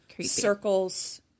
circles